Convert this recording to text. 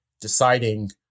deciding